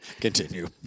Continue